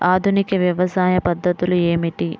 ఆధునిక వ్యవసాయ పద్ధతులు ఏమిటి?